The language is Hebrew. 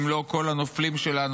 אם לא כל הנופלים שלנו,